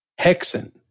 Hexen